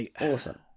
Awesome